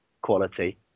quality